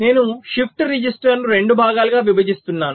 నేను షిఫ్ట్ రిజిస్టర్ను 2 భాగాలుగా విభజిస్తున్నాను